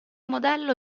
modello